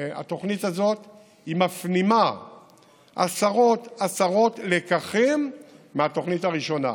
התוכנית הזאת מפנימה עשרות עשרות לקחים מהתוכנית הראשונה.